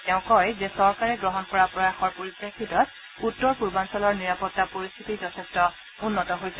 তেওঁ কয় যে চৰকাৰে গ্ৰহণ কৰা প্ৰয়াসৰ পৰিপ্ৰেক্ষিতত উত্তৰ পূৰ্বাঞ্চলৰ নিৰাপত্তা পৰিস্থিতি যথেষ্ঠ উন্নত হৈছে